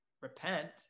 repent